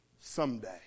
Someday